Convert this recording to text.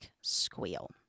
squeal